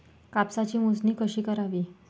कापसाची मोजणी कशी करावी?